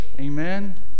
Amen